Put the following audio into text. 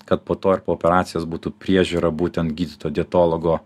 kad po to ar po operacijos būtų priežiūra būtent gydytojo dietologo